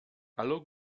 aller